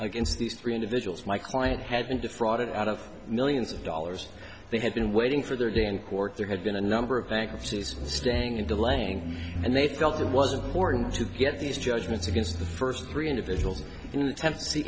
against these three individuals my client had been defrauded out of millions of dollars they had been waiting for their day in court there had been a number of bankruptcies staying in the lane and they felt it was important to get these judgments against the first three individuals